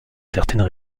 certaines